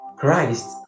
christ